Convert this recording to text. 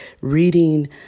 Reading